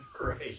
Right